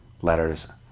Letters